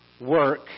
work